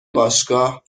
باشگاه